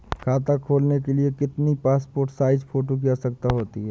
खाता खोलना के लिए कितनी पासपोर्ट साइज फोटो की आवश्यकता होती है?